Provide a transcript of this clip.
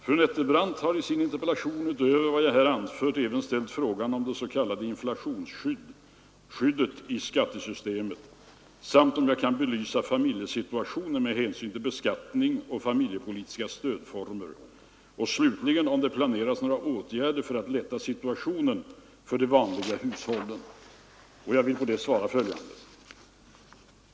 Fru Nettelbrandt har i sin interpellation utöver vad jag här anfört även ställt frågan om det s.k. inflationsskyddet i skattesystemet samt om jag kan belysa familjesituationen med hänsyn till beskattning och familjepolitiska stödformer och slutligen om det planeras några åtgärder för att lätta situationen för de vanliga hushållen. Jag vill härpå svara följande.